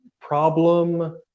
problem